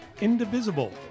Indivisible